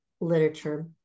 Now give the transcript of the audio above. literature